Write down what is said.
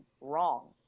wrong